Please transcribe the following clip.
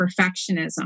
perfectionism